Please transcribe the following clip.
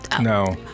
No